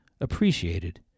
appreciated